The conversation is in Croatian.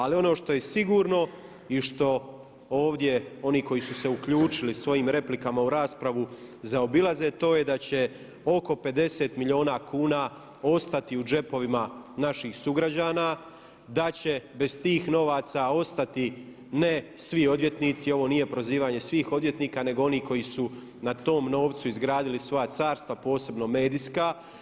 Ali ono što je sigurno i što ovdje oni koji su se uključili svojim replikama u raspravu zaobilaze to je da će oko 50 milijuna kuna ostati u džepovima naših sugrađana, da će bez tih novaca ostati ne svi odvjetnici, ovo nije prozivanje svih odvjetnika nego onih koji su na tom novcu izgradili svoja carstva posebno medijska.